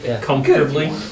Comfortably